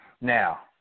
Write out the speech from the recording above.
Now